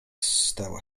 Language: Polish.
stała